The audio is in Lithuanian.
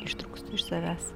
ištrūkstu iš savęs